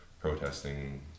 protesting